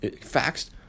facts